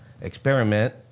experiment